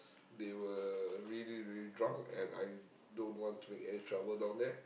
they were really really drunk and I don't want to make any trouble down there